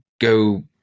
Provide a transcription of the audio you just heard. go